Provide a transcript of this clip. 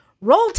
Roll